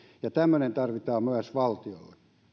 tämmöinen tarvitaan myös valtiolle